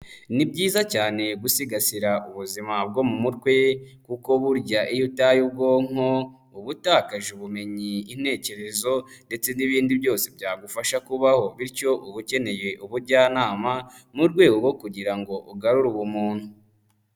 Ni byiza cyane gusigasira ubuzima bwo mu mutwe kuko burya iyo utaye ubwonko, uba utakaje ubumenyi, intekerezo ndetse n'ibindi byose byagufasha kubaho, bityo uba ukeneye ubujyanama mu rwego rwo kugira ngo ugarure ubumuntu.